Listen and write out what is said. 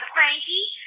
Frankie